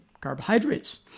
carbohydrates